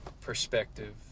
perspective